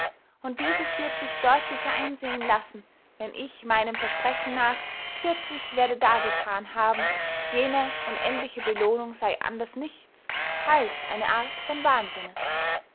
und dieses wird sich deutlicher einsehen lassen wenn ich meinem versprechen nach kürzlich werde dargethan haben jene unendliche belohnung sey anders nichts als eine art von wahnsinne